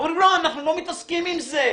אומרים לא, אנחנו לא מתעסקים עם זה,